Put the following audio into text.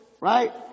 right